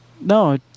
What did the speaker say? No